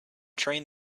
train